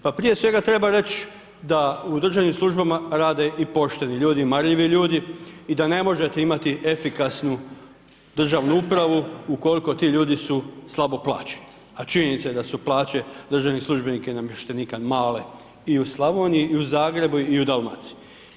Pa prije svega treba reći da u državnim službama rade i pošteni ljudi i marljivi ljudi i da ne možete imati efikasnu državnu upravu ukoliko ti ljudi su slabo plaćeni a činjenica je da su plaće državnih službenika i namještenika male i u Slavoniji i u Zagrebu i u Dalmaciji.